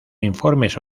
informes